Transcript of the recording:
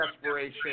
desperation